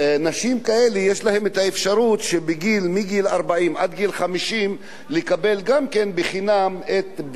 יש להן אפשרות מגיל 40 עד גיל 50 לקבל גם כן בחינם את בדיקת הממוגרפיה.